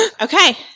Okay